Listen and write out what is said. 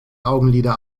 augenlider